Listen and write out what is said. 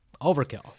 overkill